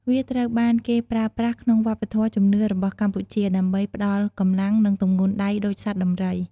វាត្រូវបានគេប្រើប្រាស់ក្នុងវប្បធម៌ជំនឿរបស់កម្ពុជា ដើម្បីផ្តល់កម្លាំង និងទម្ងន់ដៃដូចសត្វដំរី។